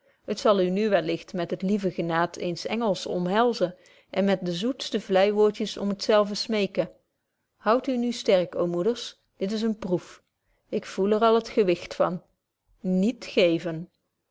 het zal u nu welligt met het lieve gelaat eens engels omhelzen en met de zoetste vleiwoordjes om hetzelve smeken houdt u nu sterk ô moeders dit is eene proef ik voel er al het gewicht van niet